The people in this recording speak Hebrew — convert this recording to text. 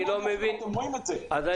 אני